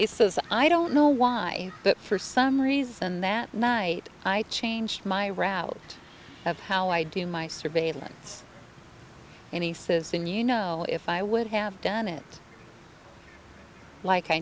says i don't know why but for some reason that night i changed my route of how i do my surveillance and he says in you know if i would have done it like i